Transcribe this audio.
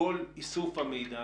כל איסוף המידע,